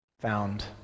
found